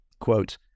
quote